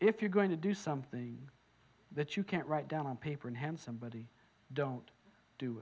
if you're going to do something that you can't write down on paper and hand somebody don't do